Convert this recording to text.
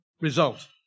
result